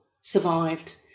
survived